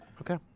Okay